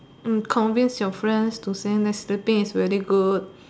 mm convince your friends to send that's sleeping is very good